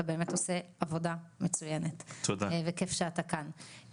אתה באמת עושה עבודה מצוינת וכיף שאתה כאן.